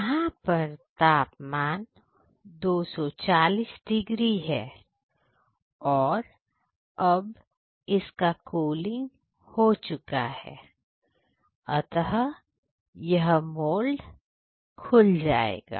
यहां पर तापमान 240 डिग्री है और अब इसका कूलिंग हो चुका है अतः यह मोल्ड खुल जाएगा